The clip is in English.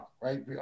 right